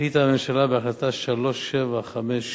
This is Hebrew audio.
החליטה הממשלה בהחלטה מס' 3756